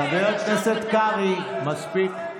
חבר הכנסת קרעי, מספיק.